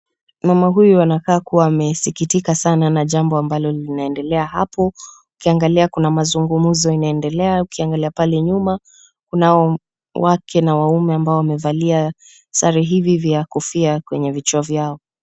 Mama huyu amekaa kusikitika sana na jambo ambalo linaendelea hapo ukiangalia kuna mazungumzo yanaendelea, ukiangalia pale nyuma kunao wake na waume ambao wamevalia sare hivi vya kofia kwenye kichwa vyao.